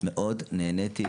ומאוד נהניתי.